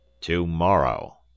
To-morrow